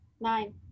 nine